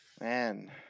Man